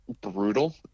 Brutal